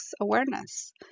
awareness